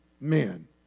men